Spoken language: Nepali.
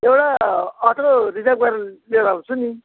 एउटा अटो रिजर्भ गरेर लिएर आउँछु नि